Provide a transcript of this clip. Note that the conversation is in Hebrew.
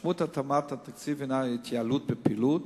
משמעות התאמת התקציב הינה התייעלות בפעילות,